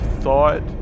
thought